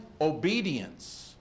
obedience